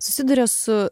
susiduria su